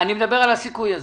אני מדבר על הסיכוי הזה.